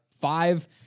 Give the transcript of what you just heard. five